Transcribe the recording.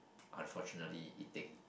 unfortunately eating